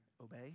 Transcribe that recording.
obey